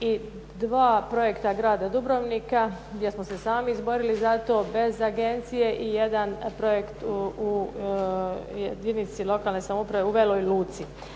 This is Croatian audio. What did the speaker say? i dva projekta grada Dubrovnika gdje smo se sami izborili zato, bez agencije i jedan projekt u jedinici lokalne samouprave u Veloj Luci.